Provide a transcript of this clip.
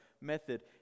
method